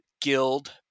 guild